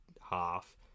half